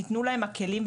ניתנו להם הכלים,